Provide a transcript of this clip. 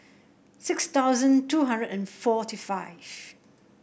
six thousand two hundred and forty five